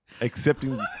accepting